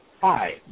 Hi